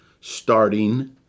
starting